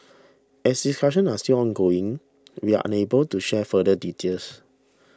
as discussions are still ongoing we are unable to share further details